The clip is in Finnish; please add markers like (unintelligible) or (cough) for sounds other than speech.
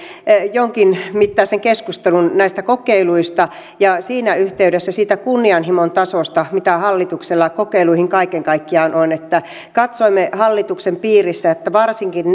jonkinmittaisen keskustelun näistä kokeiluista ja siinä yhteydessä siitä kunnianhimon tasosta mitä hallituksella kokeiluihin kaiken kaikkiaan on katsoimme hallituksen piirissä että varsinkin (unintelligible)